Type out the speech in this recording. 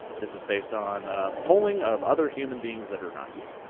this is based on polling of other human beings that are not you.